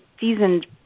seasoned